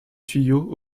tuyau